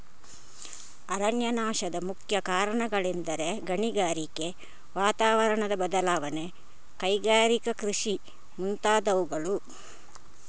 ಅರಣ್ಯನಾಶದ ಮುಖ್ಯ ಕಾರಣಗಳೆಂದರೆ ಗಣಿಗಾರಿಕೆ, ವಾತಾವರಣದ ಬದಲಾವಣೆ, ಕೈಗಾರಿಕಾ ಕೃಷಿ ಮುಂತಾದವುಗಳು